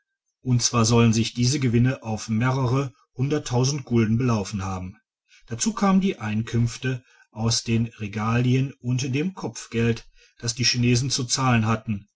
und zwar sollen sich diese gewinne auf mehrere hunderttausend gulden belaufen haben dazu kamen die einkünfte aus den regalien und dem kopfgeld das die chinesen zu zahlen hatten